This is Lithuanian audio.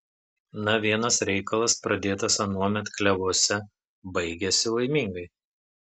na vienas reikalas pradėtas anuomet klevuose baigiasi laimingai